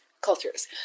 cultures